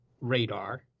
radar